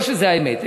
לא שזו האמת,